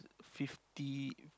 fifty